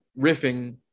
riffing